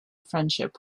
friendship